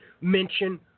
mention